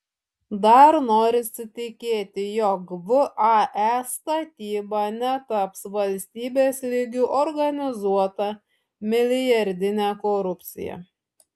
dar norisi tikėti jog vae statyba netaps valstybės lygiu organizuota milijardine korupcija